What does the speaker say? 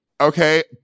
Okay